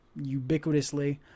ubiquitously